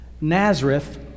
Nazareth